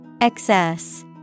Excess